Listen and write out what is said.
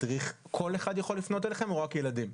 מדריך - כל אחד יכול לפנות אליכם או רק ילדים?